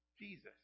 Jesus